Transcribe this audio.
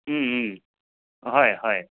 হয় হয়